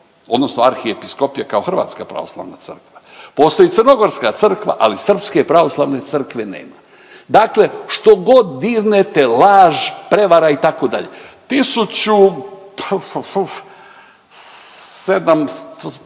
odnosno arhiepiskopija kao hrvatska pravoslavna crkva, postoji crnogorska crkva, ali srpske pravoslavne crkve nema, dakle štogod dirnete laž, prevara itd.. Tisuću, pf,